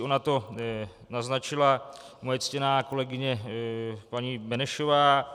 Ona to naznačila moje ctěná kolegyně paní Benešová.